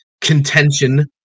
contention